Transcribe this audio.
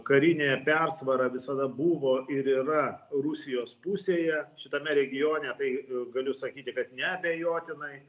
karinė persvara visada buvo ir yra rusijos pusėje šitame regione tai galiu sakyti kad neabejotinai